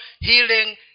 healing